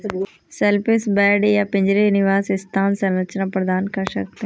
shellfish bed या पिंजरे निवास स्थान संरचना प्रदान कर सकते हैं